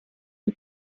del